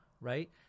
right